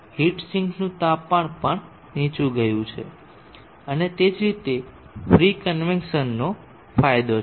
heat સિંકનું તાપમાન પણ નીચે ગયું છે અને તે જ રીતે ફ્રી કન્વેક્સન નો ફાયદો છે